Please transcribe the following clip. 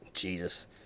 Jesus